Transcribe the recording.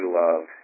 love